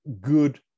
good